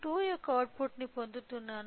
2 యొక్క అవుట్పుట్ను పొందుతున్నాను